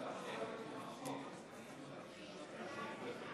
ההסתייגות של חברת הכנסת אורלי לוי אבקסיס אחרי סעיף 1 נתקבלה.